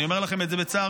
אני אומר לכן את זה בצער,